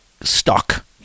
stuck